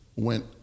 Went